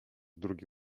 drugi